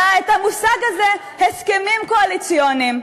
אלא המושג הזה "הסכמים קואליציוניים".